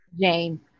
Jane